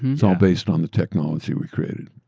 it's all based on the technology we created.